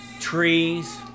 trees